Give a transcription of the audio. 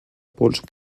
pols